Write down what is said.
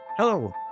Hello